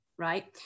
right